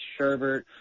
sherbert